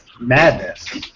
Madness